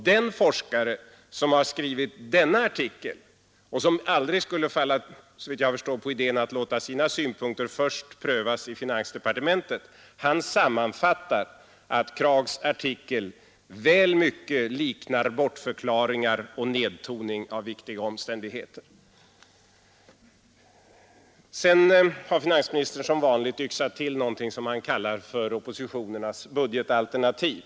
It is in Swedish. Den forskare, som skrivit denna artikel och som aldrig såvitt jag förstår skulle komma på idén att låta sina synpunkter först prövas i finansdepartementet, sammanfattar att Kraghs artikel väl mycket liknar bortförklaring och nedtoning av viktiga omständigheter. Sedan har finansministern som vanligt yxat till någonting som han kallar för oppositionens budgetalternativ.